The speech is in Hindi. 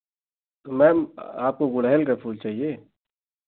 मैम आप गुड़हल का फूल चाहिए